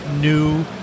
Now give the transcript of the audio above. new